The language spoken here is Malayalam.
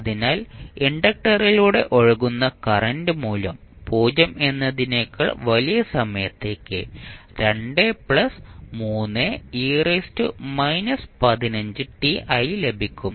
അതിനാൽ ഇൻഡക്റ്ററിലൂടെ ഒഴുകുന്ന കറന്റ് മൂല്യം 0 എന്നതിനേക്കാൾ വലിയ സമയത്തേക്ക് ആയി ലഭിക്കും